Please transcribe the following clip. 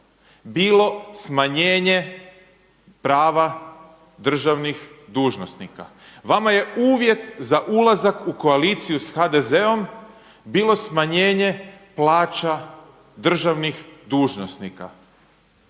bilo smanjenje prava državnih dužnosnika. Vama je uvjet za ulazak u koaliciju s HDZ-om bilo smanjenje plaća državnih dužnosnika.